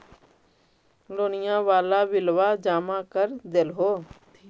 लोनिया वाला बिलवा जामा कर देलहो?